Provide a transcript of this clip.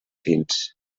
fins